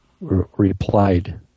replied